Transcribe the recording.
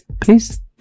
please